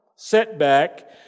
Setback